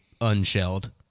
unshelled